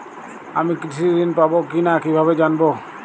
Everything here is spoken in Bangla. আমি কৃষি ঋণ পাবো কি না কিভাবে জানবো?